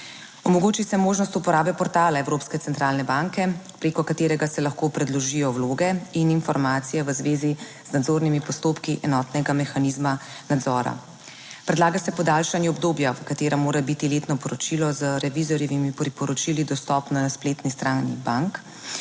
Omogoči se možnost uporabe portala Evropske centralne banke, preko katerega se lahko predložijo vloge in informacije v zvezi z nadzornimi postopki enotnega mehanizma nadzora. Predlaga se podaljšanje obdobja, v katerem mora biti letno poročilo z revizorjevimi priporočili dostopno na spletni strani bank,